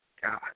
God